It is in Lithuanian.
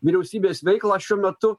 vyriausybės veiklą šiuo metu